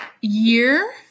year